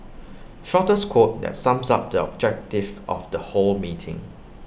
shortest quote that sums up the objective of the whole meeting